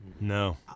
No